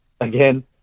again